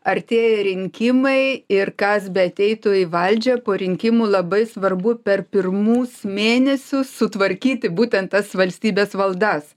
artėja rinkimai ir kas beateitų į valdžią po rinkimų labai svarbu per pirmus mėnesius sutvarkyti būtent tas valstybės valdas